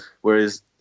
whereas